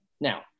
Now